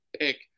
pick